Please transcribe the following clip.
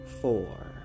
four